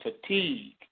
fatigue